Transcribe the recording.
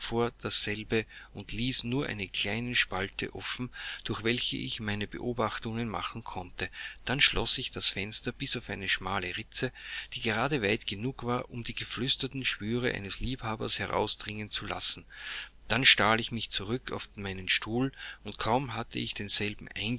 dasselbe und ließ nur eine kleine spalte offen durch welche ich meine beobachtungen machen konnte dann schloß ich das fenster bis auf eine schmale ritze die grade weit genug war um die geflüsterten schwüre eines liebhabers herausdringen zu lassen dann stahl ich mich zurück auf meinen stuhl und kaum hatte ich denselben